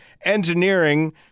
Engineering